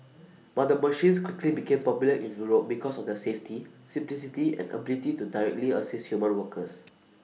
but the machines quickly became popular in Europe because of their safety simplicity and ability to directly assist human workers